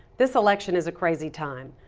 this election is a crazy time,